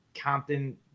Compton